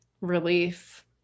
relief